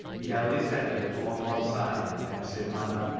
he held his head a little on one side in a pensive manner,